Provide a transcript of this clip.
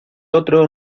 otro